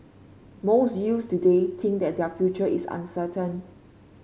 most youth today think that their future is uncertain